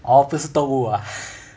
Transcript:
orh 不是动物 ah